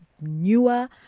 newer